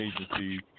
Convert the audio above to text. agencies